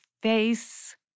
face